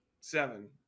seven